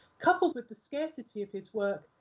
coupled with the scarcity of his work,